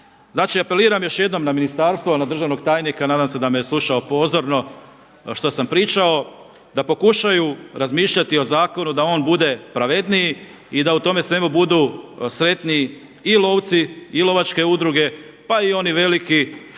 Znači apeliram još jednom na ministarstvo, na državnog tajnika, nadam se da me je slušao pozorno što sam pričao, da pokušaju razmišljati o zakonu da on bude pravedniji i da u tome svemu budu sretni i lovci i lovačke udruge, pa i oni veliki